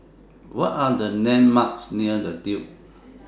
What Are The landmarks near The Duke